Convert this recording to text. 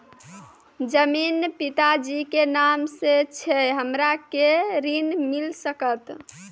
जमीन पिता जी के नाम से छै हमरा के ऋण मिल सकत?